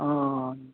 आं